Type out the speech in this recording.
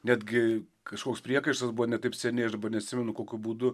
netgi kažkoks priekaištas buvo ne taip seniai aš dabar neatsimenu kokiu būdu